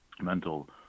mental